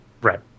Right